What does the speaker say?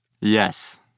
Yes